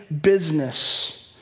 business